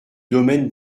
domaine